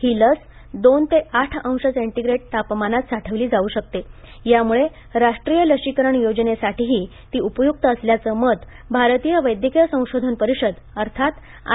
ही लस दोन ते आठ अंश सेंटीग्रेड तापमानात साठवली जाऊ शकते त्यामुळे राष्ट्रीय लशीकरण योजनेसाठीही ती उपयुक्त असल्याचं मत भारतीय वैद्यकीय संशोधन परिषद अर्थात आय